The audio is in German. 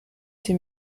sie